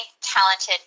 talented